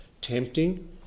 tempting